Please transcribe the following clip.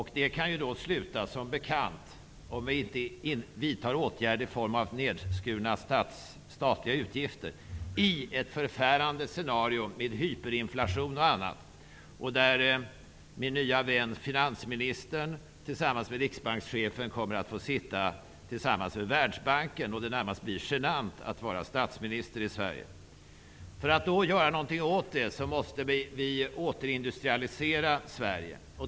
Det kan, som bekant, om vi inte vidtar åtgärder i form av nedskärningar i de statliga utgifterna, sluta i ett förfärande scenario med hyperinflation och annat och där min nya vän finansministern tillsammans med riksbankschefen får sitta tillsammans med Världsbanken och det närmast blir genant att vara statsminister i Sverige. För att göra något åt detta måste vi återindustrialisera Sverige.